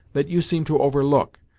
that you seem to overlook,